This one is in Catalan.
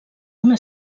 una